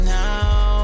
now